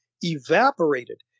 evaporated